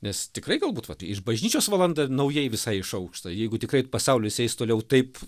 nes tikrai galbūt vat ir bažnyčios valanda naujai visai išaušta jeigu tikrai pasaulis eis toliau taip